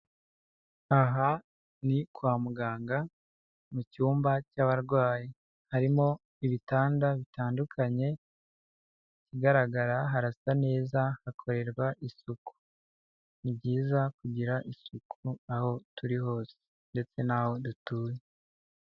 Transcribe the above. Aha ni kwa muganga mu cyumba cy'abarwayi, harimo ibitanda bitandukanye, ikigaragara harasa neza hakorerwa isuku, ni byiza kugira isuku aho turi hose ndetse n'aho dutuye.